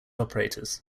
operators